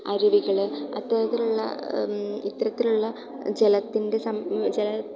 അരുവികൾ അത്തരത്തിലുള്ള ഇത്തരത്തിലുള്ള ജലത്തിൻ്റെ സം ജലം